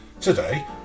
Today